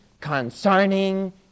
concerning